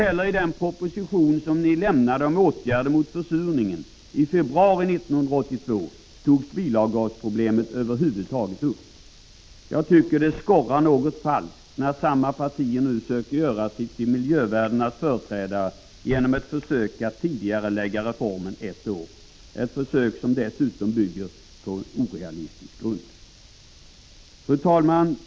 I den proposition om åtgärder mot försurningen som ni lade fram i februari 1982 togs bilavgasproblemet över huvud taget inte upp. Det skorrar något falskt när samma partier nu vill göra sig till miljövännernas företrädare genom ett försök att tidigarelägga reformen ett år — ett försök som dessutom bygger på en orealistisk grund. Fru talman!